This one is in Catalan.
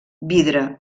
vidre